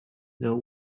the